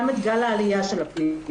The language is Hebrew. גם את גל העלייה של הפניות,